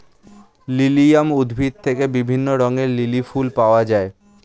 lilium উদ্ভিদ থেকে বিভিন্ন রঙের লিলি ফুল পাওয়া যায়